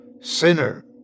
Sinner